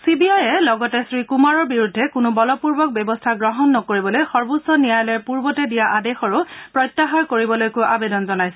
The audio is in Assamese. চিবিআইয়ে লগতে শ্ৰীকুমাৰৰ বিৰুদ্ধে কোনো বলপূৰ্বক ব্যৱস্থা গ্ৰহণ নকৰিবলৈ সৰ্বোচ্চ ন্যায়ালয়ে পূৰ্বতে দিয়া আদেশৰো প্ৰত্যাহাৰ কৰিবলৈকো আবেদন জনাইছে